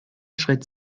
schritt